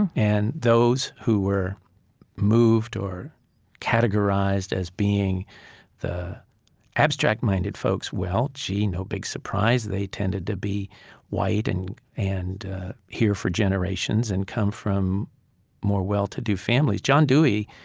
and and those who were moved or categorized as being the abstract-minded folks, well, gee, no big surprise, they tended to be white and and here for generations and come from more well-to-do families. john dewey,